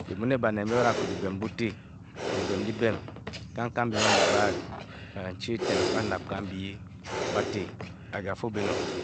Bè bi muunè báned mbe ba da fuu dibem bute, dibem dibem kang kang biem ambi gbaad. Banchi s ten baa nab kambii bat. Aga fuo beno